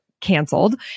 canceled